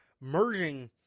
merging